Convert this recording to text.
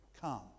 Come